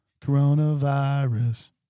Coronavirus